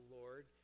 Lord